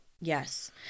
Yes